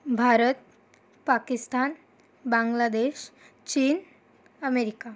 भारत पाकिस्तान बांगलादेश चीन अमेरिका